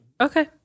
Okay